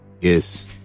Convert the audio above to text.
Yes